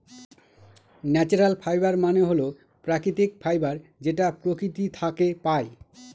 natural fiber মানে হল প্রাকৃতিক ফাইবার যেটা প্রকৃতি থাকে পাই